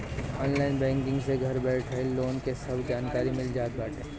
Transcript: online banking से घर बइठल लोन के सब जानकारी मिल जात बाटे